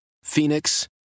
Phoenix